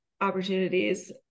opportunities